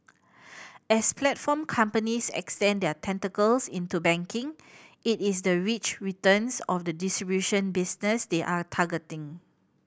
as platform companies extend their tentacles into banking it is the rich returns of the distribution business they are targeting